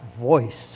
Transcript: voice